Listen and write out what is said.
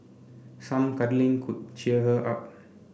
some cuddling could cheer her up